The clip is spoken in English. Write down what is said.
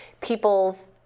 people's